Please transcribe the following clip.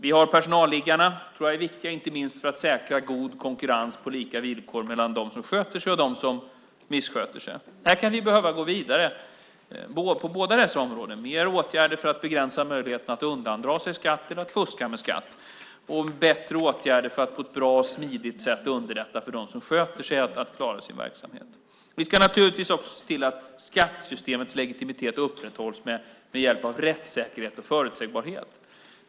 Vi har personalliggarna som är viktiga, inte minst för att säkra god konkurrens på lika villkor mellan dem som sköter sig och dem som missköter sig. På båda dessa områden kan vi behöva gå vidare genom fler åtgärder för att begränsa möjligheterna att undandra sig skatt och fuska med skatt. Det kan behövas bättre åtgärder för att på ett bra och smidigt sätt underlätta för dem som sköter sig att klara sin verksamhet. Vi ska naturligtvis också se till att skattesystemets legitimitet upprätthålls med hjälp av rättssäkerhet och förutsägbarhet.